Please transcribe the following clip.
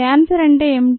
cancer అంటే ఏమిటి